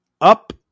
Up